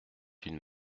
une